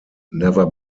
never